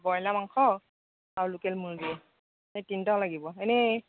broiler মাংস আৰু local মুৰ্গী এই তিনিটা লাগিব এনেই